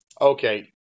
Okay